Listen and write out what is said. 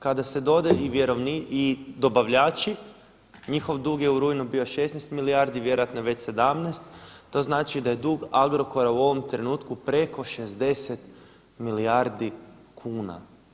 Kada se dodaju i dobavljači njihov dug je u rujnu bio 16 milijarde, vjerojatno je već 17, to znači da je dug Agrokora u ovom trenutku preko 60 milijardi kuna.